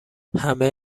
همه